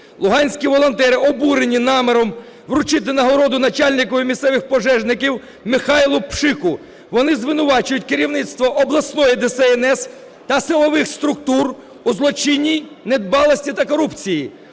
Луганські волонтери обурені наміром вручити нагороду начальнику місцевих пожежників Михайлу Пшику. Вони звинувачують керівництво обласної ДСНС та силових структур у злочинній недбалості та корупції.